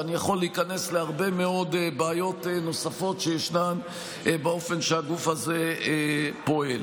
ואני יכול להיכנס להרבה מאוד בעיות נוספות שישנן באופן שהגוף הזה פועל.